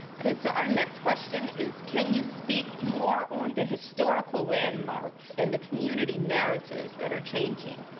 okay. so our next question is, can you speak more on the historical landmarks and the community narratives that are changing?